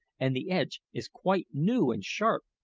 and the edge is quite new and sharp.